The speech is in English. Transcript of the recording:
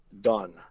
done